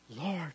Lord